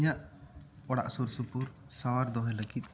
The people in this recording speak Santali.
ᱤᱧᱟᱹᱜ ᱚᱲᱟᱜ ᱥᱩᱨ ᱥᱩᱯᱩᱨ ᱥᱟᱶᱟᱨ ᱫᱚᱦᱚᱭ ᱞᱟᱹᱜᱤᱫ